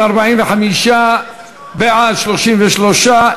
מיכל רוזין ותמר זנדברג,